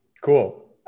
Cool